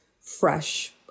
fresh